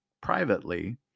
privately